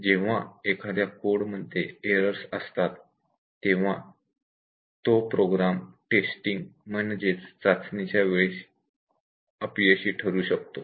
जेव्हा एखाद्या कोड मध्ये एररस असतात तेव्हा तो टेस्टिंगच्या वेळी अपयशी ठरू शकतो